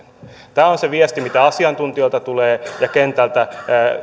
tämä on se viesti mitä asiantuntijoilta tulee ja kentältä